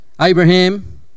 Abraham